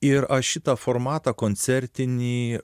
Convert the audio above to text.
ir aš šitą formatą koncertinį